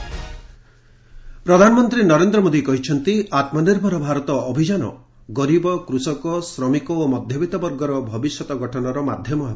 PM Deendayal ପ୍ରଧାନମନ୍ତ୍ରୀ ନରେନ୍ଦ୍ର ମୋଦୀ କହିଛନ୍ତି ଆତ୍ମନିର୍ଭର ଭାରତ ଅଭିଯାନ ଗରିବ କୃଷକ ଶ୍ରମିକ ଓ ମଧ୍ୟବିତ୍ତ ବର୍ଗର ଭବିଷ୍ୟତ ଗଠନର ମାଧ୍ୟମ ହେବ